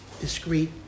discreet